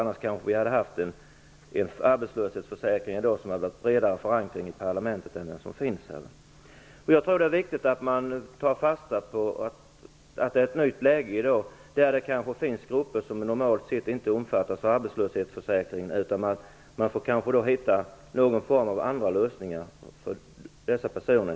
Annars kanske vi hade haft en arbetslöshetsförsäkring i dag som hade haft bredare förankring i parlamentet än den som nu finns. Jag tror att det är viktigt att ta fasta på att det är ett nytt läge i dag, där det finns grupper som normalt sett inte omfattas av arbetslöshetsförsäkringen. Därför måste man kanske i stället söka andra former av lösningar för dessa människor.